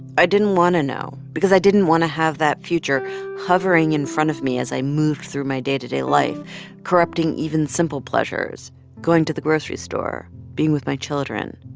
i didn't want to know because i didn't want to have that future hovering in front of me as i moved through my day-to-day life corrupting even simple pleasures going to the grocery store, being with my children,